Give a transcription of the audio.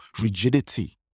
rigidity